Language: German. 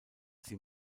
sie